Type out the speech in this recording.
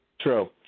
True